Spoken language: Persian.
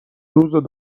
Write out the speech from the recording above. روز